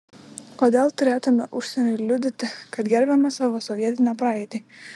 kodėl turėtumėme užsieniui liudyti kad gerbiame savo sovietinę praeitį